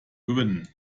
gewinnen